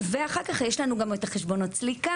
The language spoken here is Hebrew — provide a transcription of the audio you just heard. ואחר כך יש לנו גם את החשבונות סליקה,